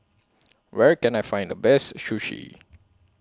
Where Can I Find The Best Sushi